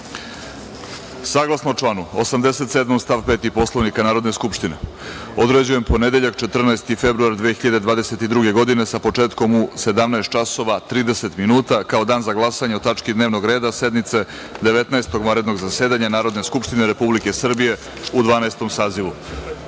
pretres. Saglasno članu 87. stav 5. Poslovnika Narodne skupštine, određujem ponedeljak 14. februar 2022. godine, sa početkom u 17.30 časova, kao dan za glasanje o tački dnevnog reda sednice Devetnaestog vanrednog zasedanja Narodne skupštine Republike Srbije u Dvanaestom